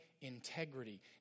integrity